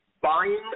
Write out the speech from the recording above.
buying